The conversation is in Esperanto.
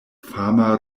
fama